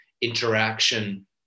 interaction